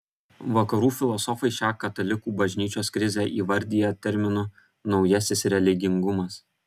vakarų filosofai šią katalikų bažnyčios krizę įvardija terminu naujasis religingumas